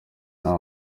nta